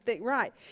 Right